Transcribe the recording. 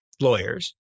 lawyers